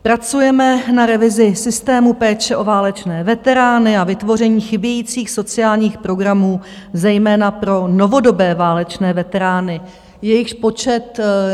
Pracujeme na revizi systému péče o válečné veterány a vytvoření chybějících sociálních programů zejména pro novodobé válečné veterány, jejichž počet roste.